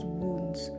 wounds